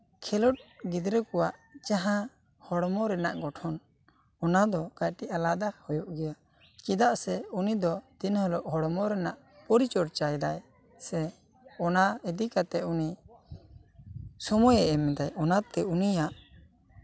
ᱠᱷᱮᱞᱳᱰ ᱜᱤᱫᱽᱨᱟᱹ ᱠᱚᱣᱟᱜ ᱡᱟᱦᱟᱸ ᱦᱚᱲᱢᱚ ᱨᱮᱱᱟᱜ ᱜᱚᱴᱷᱚᱱ ᱚᱱᱟ ᱫᱚ ᱠᱟᱹᱴᱤᱡ ᱟᱞᱟᱫᱟ ᱦᱳᱭᱳᱜ ᱜᱮᱭᱟ ᱪᱮᱫᱟᱜ ᱩᱱᱤ ᱫᱚ ᱫᱤᱱ ᱦᱤᱞᱳᱜ ᱦᱚᱲᱢᱚ ᱨᱮᱱᱟᱜ ᱯᱚᱨᱤᱪᱚᱨᱪᱟᱭᱮᱫᱟᱭ ᱥᱮ ᱚᱱᱟ ᱤᱫᱤ ᱠᱟᱛᱮᱜ ᱩᱱᱤ ᱥᱚᱢᱚᱭᱮ ᱮᱢᱫᱟ ᱚᱱᱟᱛᱮ ᱩᱱᱤᱭᱟᱜ